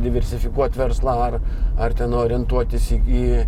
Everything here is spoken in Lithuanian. diversifikuot verslą ar ar ten orientuotis į